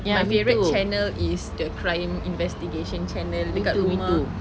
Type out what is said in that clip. my favourite channel is the crime investigation channel dekat rumah